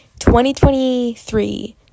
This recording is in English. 2023